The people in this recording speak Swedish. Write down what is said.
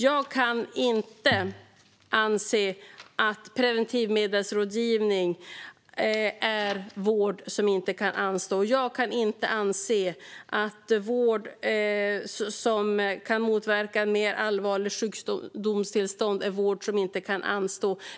Jag kan inte anse att preventivmedelsrådgivning är vård som inte kan anstå. Jag kan inte anse att vård som kan motverka ett mer allvarligt sjukdomstillstånd är vård som inte kan anstå.